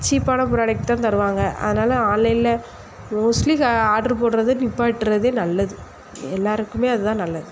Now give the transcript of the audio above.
சீப்பான ப்ராடக்ட் தான் தருவாங்க அதனால ஆன்லைனில் மோஸ்ட்லி ஆர்ட்ரு போட்றதை நிப்பாட்டுறது நல்லது எல்லாருக்குமே அது தான் நல்லது